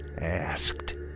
asked